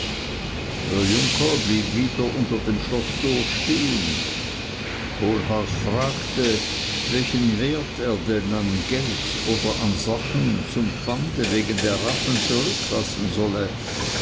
der junker blieb wieder unter dem schloßtor stehen kohlhaas fragte welchen wert er denn an geld oder an sachen zum pfande wegen der rappen zurücklassen solle